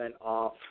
off